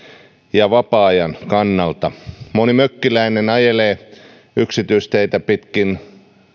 ja vapaa ajan kannalta moni mökkiläinen ajelee yksityisteitä pitkin